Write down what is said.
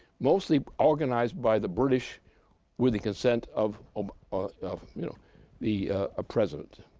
mostly organized by the british with the consent of um ah of you know the ah president.